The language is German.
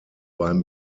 beim